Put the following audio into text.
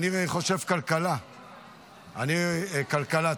אני חושב כלכלה, כלכלה.